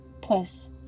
plus